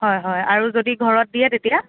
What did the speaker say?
হয় হয় আৰু যদি ঘৰত দিয়ে তেতিয়া